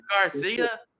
Garcia